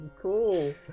cool